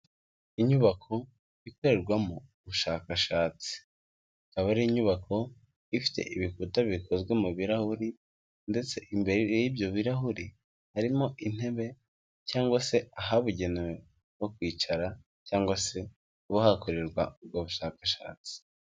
Inyubako ikorerwamo ubushakashatsi, ikaba ari inyubako ifite ibikuta bikozwe mu birarahuri ndetse imbere y'ibyo birahuri, harimo intebe cyangwa se ahabugenewe ho kwicara cyangwa se kuba hakorerwa ubwo bushakashatsi.